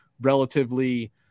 relatively